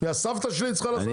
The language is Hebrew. הסבתא שלי צריכה לעשות את זה?